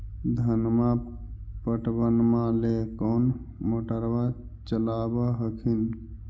धनमा पटबनमा ले कौन मोटरबा चलाबा हखिन?